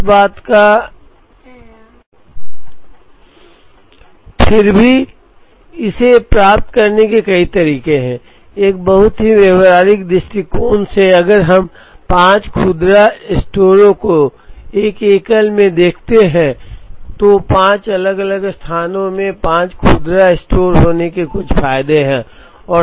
लेकिन फिर भी इसे प्राप्त करने के कई तरीके हैं एक बहुत ही व्यावहारिक दृष्टिकोण से अगर हम पांच खुदरा स्टोरों को एक एकल में देखते हैं तो पांच अलग अलग स्थानों में पांच खुदरा स्टोर होने के कुछ फायदे हैं